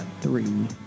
three